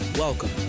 Welcome